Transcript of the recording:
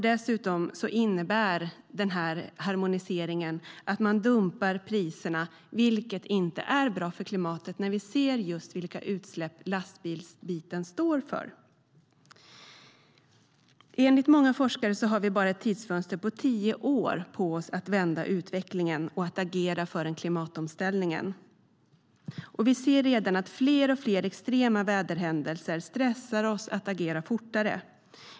Dessutom innebär harmoniseringen att man dumpar priserna, vilket inte är bra för klimatet, när vi ser vilka utsläpp som lastbilarna står för. Enligt många forskare har vi bara ett tidsfönster på tio år på oss för att vända utvecklingen och agera för en klimatomställning. Vi ser redan att fler och fler extrema väderhändelser stressar oss att agera fortare.